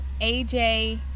aj